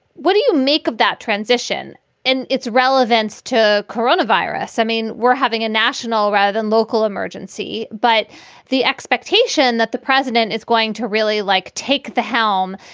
what do you make of that transition and its relevance to coronavirus? i mean, we're having a national rather than local emergency, but the expectation that the president is going to really, like, take the helm.